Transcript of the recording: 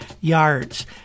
Yards